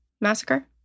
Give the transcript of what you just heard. massacre